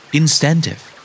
incentive